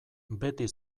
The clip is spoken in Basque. beti